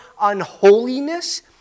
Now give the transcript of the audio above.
unholiness